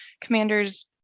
commanders